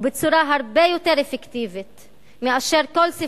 ובצורה הרבה יותר אפקטיבית מאשר היו לומדים מכל